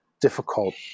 difficult